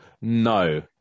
No